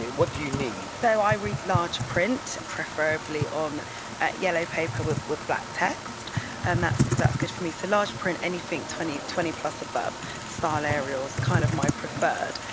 what do you need? so i read large print, preferably on yellow paper with with black text and that's that's good for me, so large print, anything twenty twenty plus above style ariel's kind of my preferred.